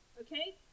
okay